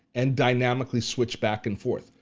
and dynamically switch back and forth.